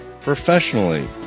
professionally